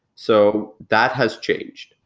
so that has changed.